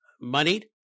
moneyed